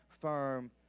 firm